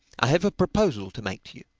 i have a proposal to make to you.